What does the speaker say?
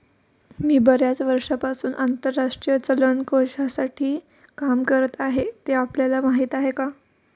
मी बर्याच वर्षांपासून आंतरराष्ट्रीय चलन कोशासाठी काम करत आहे, ते आपल्याला माहीत आहे का?